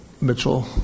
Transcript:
Mitchell